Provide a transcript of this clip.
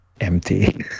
empty